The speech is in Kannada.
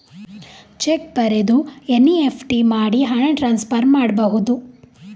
ಚೆಕ್ ಬರೆದು ಎನ್.ಇ.ಎಫ್.ಟಿ ಮಾಡಿ ಹಣ ಟ್ರಾನ್ಸ್ಫರ್ ಮಾಡಬಹುದು?